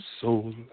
soul